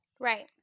Right